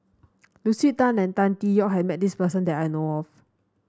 Lucy Tan and Tan Tee Yoke has met this person that I know of